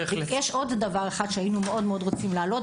יש עוד דבר אחד שהיינו רוצים להעלות,